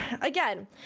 Again